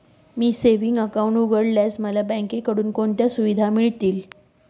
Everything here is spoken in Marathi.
मी सेविंग्स अकाउंट उघडल्यास मला बँकेकडून कोणत्या सुविधा मिळतील?